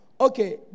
Okay